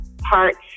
parts